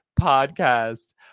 podcast